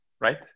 right